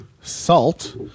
salt